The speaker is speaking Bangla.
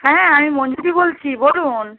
হ্যাঁ আমি মঞ্জুদি বলছি বলুন